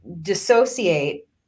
dissociate